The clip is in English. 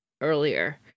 earlier